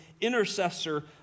intercessor